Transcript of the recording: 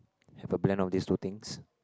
have a blend of these two things